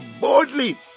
boldly